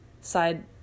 side